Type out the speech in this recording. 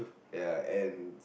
ya and